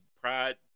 Pride